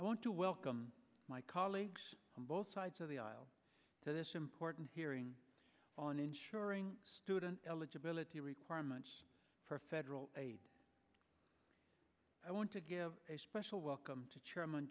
i want to welcome my colleagues on both sides of the aisle to this important hearing on ensuring student eligibility requirements for federal aid i want to give a special welcome to chairman